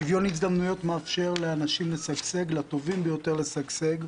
שוויון הזדמנויות מאפשר לטובים ביותר לשגשג.